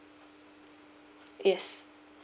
yes